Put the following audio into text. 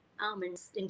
almonds